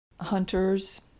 hunters